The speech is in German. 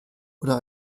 oder